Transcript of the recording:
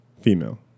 female